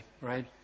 right